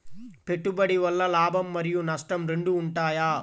పెట్టుబడి వల్ల లాభం మరియు నష్టం రెండు ఉంటాయా?